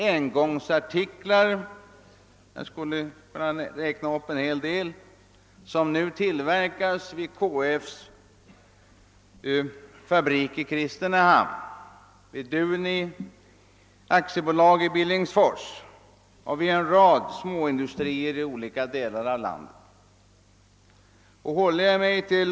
Engångsartiklar tillverkas bl.a. vid KF:s fabrik i Kristinehamn, vid Duni AB i Billingsfors och vid en rad småindustrier i olika delar av landet.